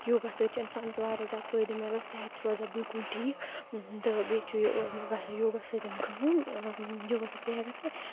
یوگا سۭتۍ چھِ اِنسانَس واریاہ زیادٕ فٲیدٕ مِلان صحت چھِ روزان بلکل ٹھیٖک تہٕ بیٚیہِ چھِ یہِ گژھان یوگا سۭتۍ کٲم یوگا سۭتۍ کیٛاہ گژھِ بیٚیہِ